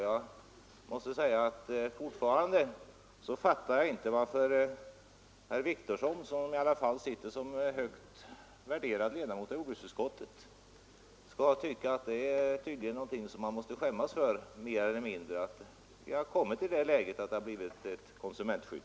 Jag fattar fortfarande inte varför herr Wictorsson, som ändå är en högt värderad ledamot av jordbruksutskottet, tycker att det är något att skämmas för, mer eller mindre, att vi nu har kommit i det läget att det har blivit ett konsumentskydd.